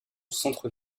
centre